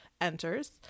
enters